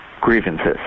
grievances